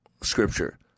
scripture